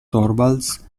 torvalds